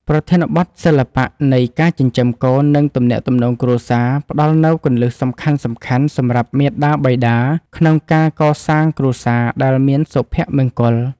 ប្រធានបទ សិល្បៈនៃការចិញ្ចឹមកូន និងទំនាក់ទំនងគ្រួសារ ផ្ដល់នូវគន្លឹះសំខាន់ៗសម្រាប់មាតាបិតាក្នុងការកសាងគ្រួសារដែលមានសុភមង្គល។